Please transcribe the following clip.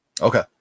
Okay